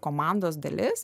komandos dalis